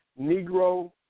Negro